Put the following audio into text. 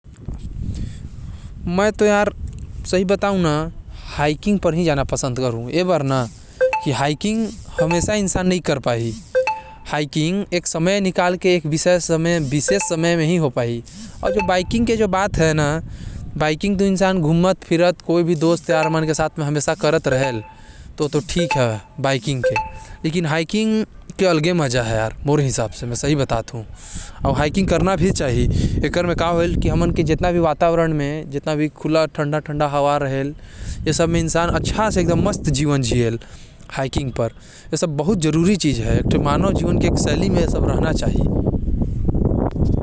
मैं हाईकिंग करना पसंद करहुँ, काबर की हाईकिंग के मौका बार बार नही मिलहि अउ बाइकिंग तो में कभी कर सकत हो अपन संगता मन के साथ।